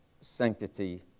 sanctity